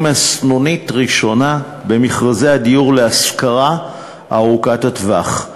סנונית ראשונה במכרזי הדיור להשכרה ארוכת הטווח,